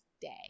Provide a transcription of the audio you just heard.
day